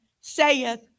saith